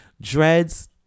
dreads